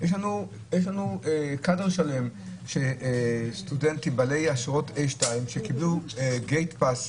יש לנו קאדר שלם של סטודנטים בעלי אשרות 2A שקיבלו gate pass זמני.